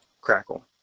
crackle